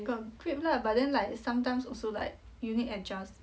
got grip lah but then like sometimes also like you need adjust